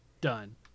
done